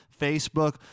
Facebook